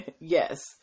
yes